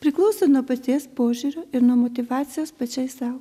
priklauso nuo paties požiūrio ir nuo motyvacijos pačiai sau